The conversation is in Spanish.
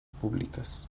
públicas